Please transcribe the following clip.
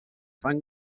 fan